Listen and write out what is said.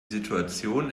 situation